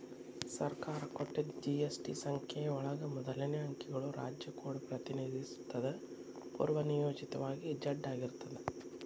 ಸರ್ಕಾರ ಕೊಟ್ಟಿದ್ ಜಿ.ಎಸ್.ಟಿ ಸಂಖ್ಯೆ ಒಳಗ ಮೊದಲನೇ ಅಂಕಿಗಳು ರಾಜ್ಯ ಕೋಡ್ ಪ್ರತಿನಿಧಿಸುತ್ತದ ಪೂರ್ವನಿಯೋಜಿತವಾಗಿ ಝೆಡ್ ಆಗಿರ್ತದ